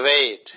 wait